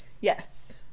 Yes